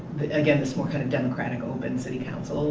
again, this more kind of democratic open city council